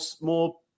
more